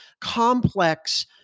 complex